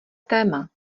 téma